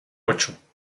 ocho